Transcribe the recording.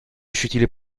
ощутили